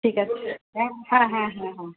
ঠিক আছে হ্যাঁ হ্যাঁ হ্যাঁ হ্যাঁ হ্যাঁ